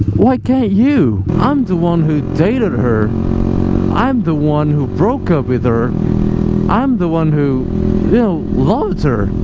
why can't you? i'm the one who dated her i'm the one who broke up with her i'm the one who loved her